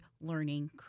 learning